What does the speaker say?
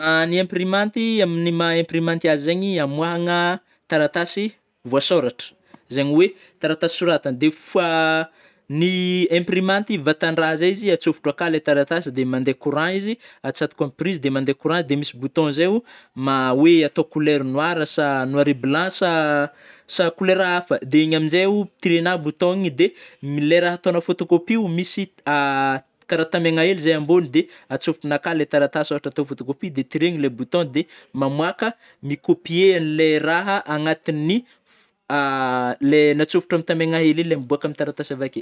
Ny imprimanty amigny maha imprimanty azy zegny amoahagna taratasy vôasôratra, zegny oe taratasy soratagna de fo a ny imprimanty vatan-draha zay izy atsôfotro aka le taratsay de mandeha courant izy, atsatoko am prizy de mande courant de misy bouton zaio ma oe atao couleur noir sa noir et blanc sa- sa couleur hafa de igny amnjaio tirenao bouton igny de m- le rah ataonao photocopie io misy karaha tamiagna hely zay ambôny de atsôfotrinao aka le taratasy ôhatra atao photocopie de tiregna le bouton de mamoaka mi-copier anle raha agnatin'ny f le natsôfitry am tamiagna hely igny lay miboaka am taratasy avake.